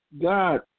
God